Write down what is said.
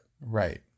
Right